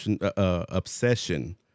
obsession